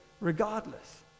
regardless